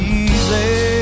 easy